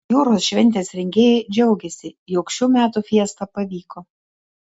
jūros šventės rengėjai džiaugiasi jog šių metų fiesta pavyko